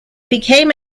became